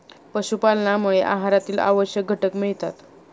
पशुपालनामुळे आहारातील आवश्यक घटक मिळतात